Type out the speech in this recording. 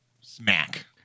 smack